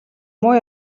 муу